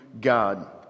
God